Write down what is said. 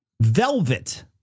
Velvet